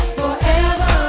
forever